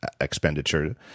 expenditure